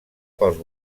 pels